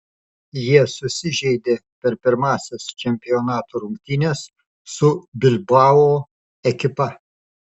jie susižeidė per pirmąsias čempionato rungtynes su bilbao ekipa